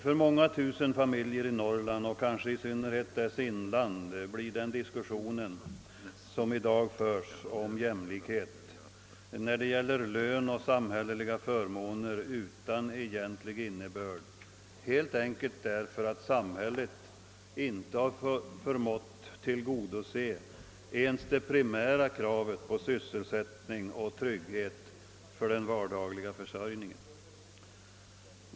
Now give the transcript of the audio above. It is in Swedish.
För många tusen familjer i Norrland och kanske i synnerhet dess inland blir den diskussion som i dag förs om jämlikhet när det gäller lön och samhälleliga förmåner utan egentlig innebörd, helt enkelt därför att samhället inte förmått tillgodose ens det primära kravet på sysselsättning och trygghet för den vardagliga försörjningen.